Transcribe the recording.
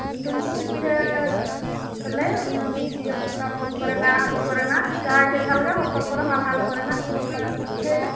ᱰᱩᱸᱵᱩᱜ ᱯᱤᱴᱷᱟᱹ ᱛᱮᱞᱮ ᱚᱱᱟ ᱵᱩᱴ ᱠᱚᱨᱮᱱᱟᱜ ᱟᱞᱩ ᱠᱚᱨᱮᱱᱟᱜ ᱡᱟᱦᱟᱸᱭ ᱜᱮ ᱡᱟᱦᱟᱸᱞᱮᱠᱟ ᱦᱚᱛᱚᱫ ᱠᱚᱨᱮᱱᱟᱜ ᱢᱟᱞᱦᱟᱱ ᱠᱚᱨᱮᱱᱟᱜ ᱡᱚᱛᱚ ᱠᱚᱨᱮᱱᱟᱜ ᱰᱩᱸᱵᱩᱜ ᱯᱤᱴᱷᱟᱹᱭᱟᱞᱮ